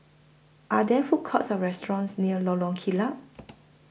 Are There Food Courts Or restaurants near Lorong Kilat